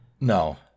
no